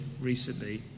recently